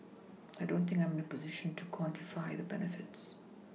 I don't think I'm in a position to quantify the benefits